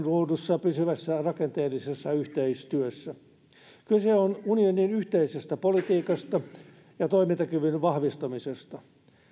luodussa pysyvässä rakenteellisessa yhteistyössä kyse on unionin yhteisestä politiikasta ja toimintakyvyn vahvistamisesta